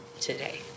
today